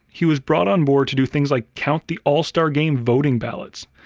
he was brought on board to do things like count the all-star game voting ballots.